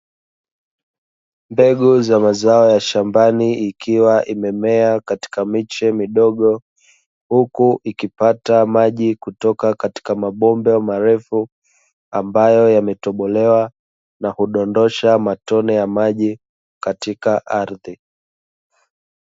Mbegu za mazao ya shambani ikiwa imemea katika miche midogo, huku ikipata maji kutoka katika mabomba marefu ambayo yametobolewa na kudondosha matone ya maji katika ardhi.